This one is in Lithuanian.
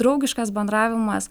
draugiškas bendravimas